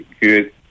good